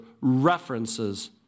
references